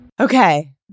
Okay